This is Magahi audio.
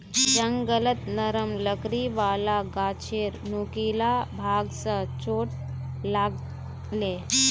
जंगलत नरम लकड़ी वाला गाछेर नुकीला भाग स चोट लाग ले